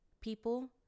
people